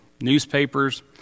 newspapers